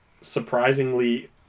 surprisingly